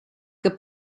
que